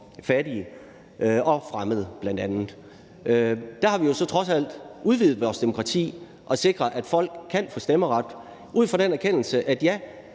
fattige og fremmede. Der har vi jo trods alt udvidet vores demokrati ved at sikre, at folk kan få stemmeret – ud fra den erkendelse, at ja,